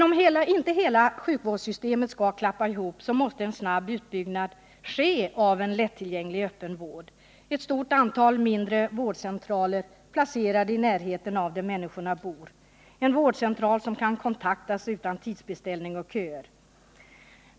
Om inte hela sjukvårdssystemet skall klappa ihop, måste en snabb utbyggnad ske av en lättillgänglig öppen vård med ett stort antal mindre vårdcentraler, placerade i närheten av där människor bor och som kan kontaktas utan tidsbeställning och köer.